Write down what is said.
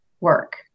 work